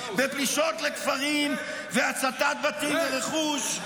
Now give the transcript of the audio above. בפלישות לכפרים והצתת בתים ורכוש,